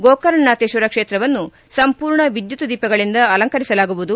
ಗೋಕರ್ಣನಾಥೇಶ್ವರ ಕ್ಷೇತ್ರವನ್ನು ಸಂಪೂರ್ಣ ವಿದ್ಯುತ್ ದೀಪಗಳಿಂದ ಅಲಂಕರಿಸಲಾಗುವುದು